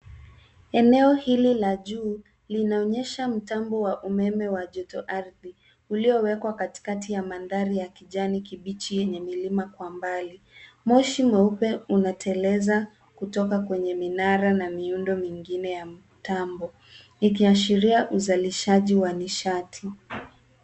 Eneo hili la juu, linaonyesha mtambo wa umeme wa joto-ardhi, uliowekwa katikati ya mandhari ya kijani kibichi yenye milima kwa mbali. Moshi mweupe unateleza kutoka kwenye minara na miundo mingine ya mtambo, ikiashiria uzalishaji wa nishati.